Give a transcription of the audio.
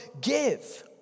give